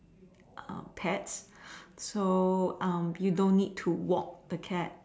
uh pets so um you don't need to walk the cat